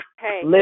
Hey